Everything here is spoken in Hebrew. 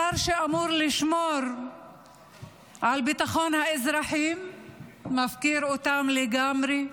השר שאמור לשמור על ביטחון האזרחים מפקיר אותם לגמרי,